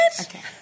Okay